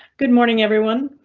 good morning, everyone.